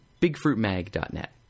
bigfruitmag.net